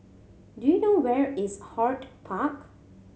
do you know where is HortPark